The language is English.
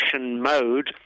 mode